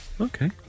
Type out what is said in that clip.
Okay